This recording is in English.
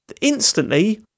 instantly